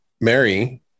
Mary